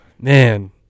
man